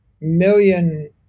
million